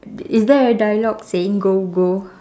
is there a dialogue saying go go